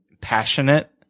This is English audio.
passionate